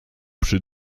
przy